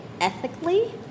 ethically